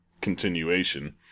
continuation